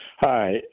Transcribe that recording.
Hi